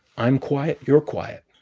i'm quiet. you're quiet.